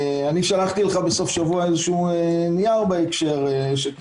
שלחתי לך בסוף השבוע איזשהו נייר בהקשר הזה,